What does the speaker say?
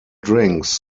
drinks